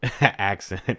accent